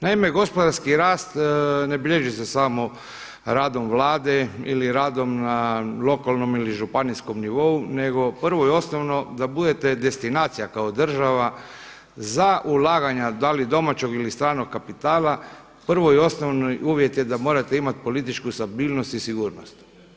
Naime, gospodarski rast ne bilježi se samo radom Vlade ili radom lokalnom ili županijskom nivou nego prvo i osnovno da budete destinacija kao država za ulaganja da li domaćeg ili stranog kapitala, prvi i osnovni uvjet je da morate imati političku stabilnost i sigurnost.